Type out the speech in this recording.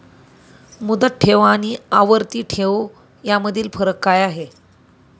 मुदत ठेव आणि आवर्ती ठेव यामधील फरक काय आहे?